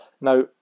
Now